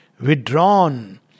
withdrawn